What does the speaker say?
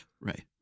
right